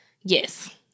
Yes